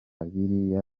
biriya